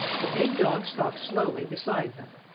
the big dog stalked slowly beside them,